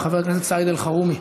חבר הכנסת סעיד אלחרומי,